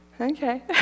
okay